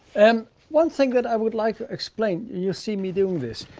um one thing that i would like to explain, you'll see me doing this.